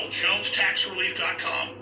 jonestaxrelief.com